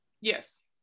Yes